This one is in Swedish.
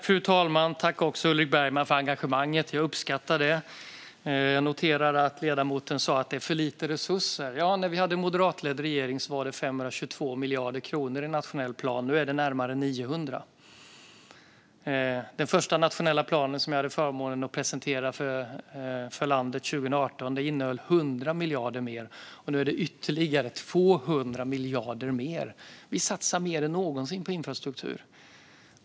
Fru talman! Tack, Ulrik Bergman, för engagemanget! Jag uppskattar det. Jag noterar att ledamoten sa att det är för lite resurser. När vi hade en moderatledd regering var det 522 miljarder kronor i nationell plan. Nu är det närmare 900 miljarder. Den första nationella planen som jag hade förmånen att presentera för landet 2018 innehöll 100 miljarder mer. Nu är det ytterligare 200 miljarder mer. Vi satsar mer än någonsin på infrastruktur.